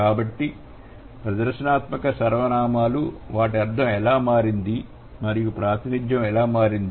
కాబట్టి ప్రదర్శనాత్మక సర్వనామాలు వాటి అర్థం ఎలా మారింది మరియు ప్రాతినిధ్యం ఎలా మారింది